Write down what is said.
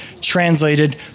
translated